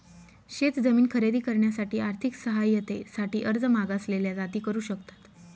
शेत जमीन खरेदी करण्यासाठी आर्थिक सहाय्यते साठी अर्ज मागासलेल्या जाती करू शकतात